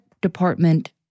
department